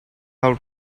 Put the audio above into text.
how